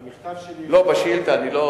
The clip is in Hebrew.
במכתב שלי זה הופיע.